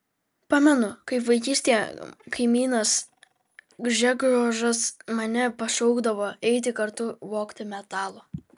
pamenu kaip vaikystėje kaimynas gžegožas mane pašaukdavo eiti kartu vogti metalo